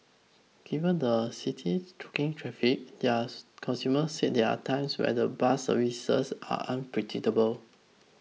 given the city's choking traffic dias consumer said there are times when the bus services are unpredictable